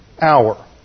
hour